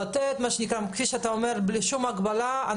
לתת כניסה כפי שאתה אומר בלי שום הגבלה,